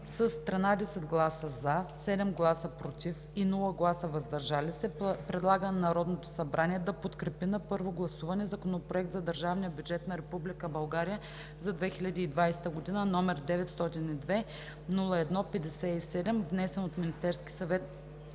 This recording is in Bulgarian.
с 13 гласа „за“, 7 „против“ и без „въздържал се“ предлага на Народното събрание да подкрепи на първо гласуване Законопроект за държавния бюджет на Република България за 2020 г., № 902 01 57, внесен от Министерския съвет